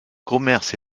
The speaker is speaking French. commerces